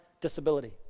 disability